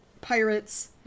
Pirates